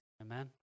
Amen